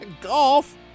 Golf